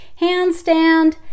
handstand